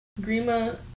grima